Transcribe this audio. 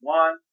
one